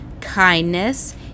kindness